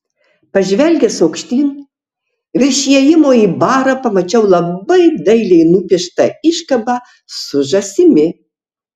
pažvelgęs aukštyn virš įėjimo į barą pamačiau labai dailiai nupieštą iškabą su žąsimi